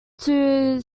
two